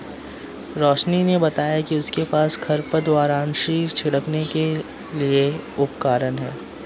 रोशिनी ने बताया कि उसके पास खरपतवारनाशी छिड़कने के लिए उपकरण है